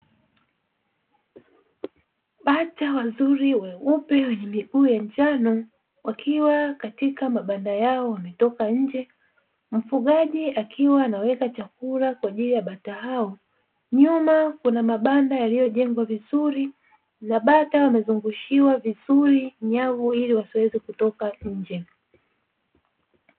Bata wazuri weupe wenye miguu ya njano, wakiwa katika mabanda yao wametoka nje. Mfugaji akiwa anaweka chakula kwaajili ya bata hao. Nyuma kuna mabanda yaliyo jengwa vizuri na bata wamezungushiwa vizuri nyavu ili wasiweze kutoka nje.